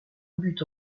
but